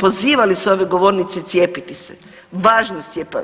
pozivali s ove govornice, cijepite se, važnost cjepiva.